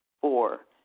Four